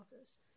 office